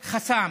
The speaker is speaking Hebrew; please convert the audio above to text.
חסם,